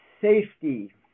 Safety